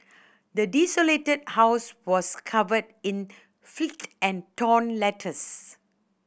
the desolated house was covered in and torn letters